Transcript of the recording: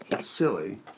Silly